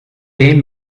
dem